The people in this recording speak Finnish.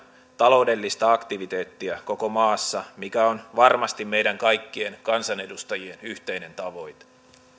taloudellista aktiviteettia koko maassa mikä on varmasti meidän kaikkien kansanedustajien yhteinen tavoite